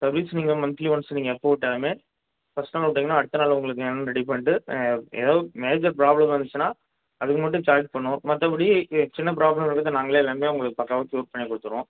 service நீங்கள் monthly once நீங்கள் போட்டாலுமே ஃபர்ஸ்ட் நாள் விட்டிங்கன்னா அடுத்த நாள் உங்களுக்கு என்னென்னு ரெடி பண்ணிட்டு ஏதோ மேஜர் ப்ராப்ளம் இருந்துச்சுன்னா அதுக்கு மட்டும் சார்ஜ் பண்ணுவோம் மற்றபடி சின்ன ப்ராப்ளம் இருந்ததுனா நாங்களே எல்லாம் உங்களுக்கு பக்காவாக க்யூர் பண்ணிக் குடுத்துடுவோம்